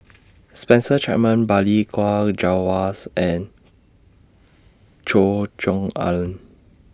Spencer Chapman Balli Kaur Jaswals and Choe Cheong Alan